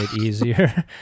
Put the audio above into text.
easier